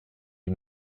die